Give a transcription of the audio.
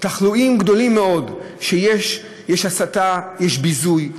תחלואים גדולים מאוד שיש: יש הסתה, יש ביזוי,